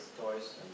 Toys